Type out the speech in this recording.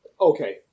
Okay